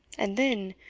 and then,